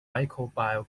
microbial